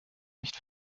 nicht